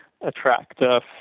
attractive